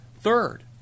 Third